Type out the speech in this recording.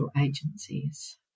agencies